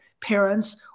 parents